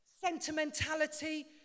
sentimentality